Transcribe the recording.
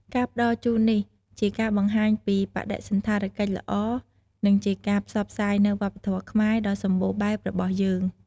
ការផ្តល់ជូននេះជាការបង្ហាញពី បដិសណ្ឋារកិច្ចល្អ និងជាការផ្សព្វផ្សាយនូវ វប្បធម៌ខ្មែរ ដ៏សម្បូរបែបរបស់យើង។